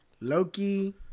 Loki